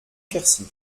quercy